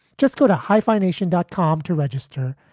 just go to hyphenation dot com to register,